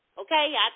Okay